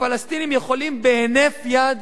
הפלסטינים יכולים בהינף יד